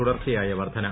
തുടർച്ചയായ വർദ്ധന